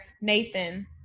Nathan